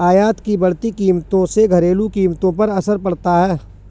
आयात की बढ़ती कीमतों से घरेलू कीमतों पर असर पड़ता है